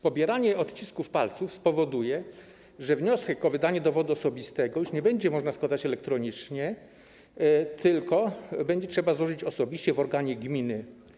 Pobieranie odcisków palców spowoduje, że wniosku o wydanie dowodu osobistego już nie będzie można składać elektronicznie, tylko będzie trzeba go złożyć osobiście w organie gminy.